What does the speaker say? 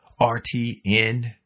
RTN